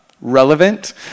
relevant